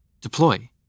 Deploy